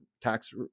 tax